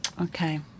Okay